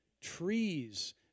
trees